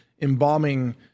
embalming